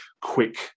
quick